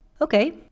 Okay